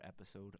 episode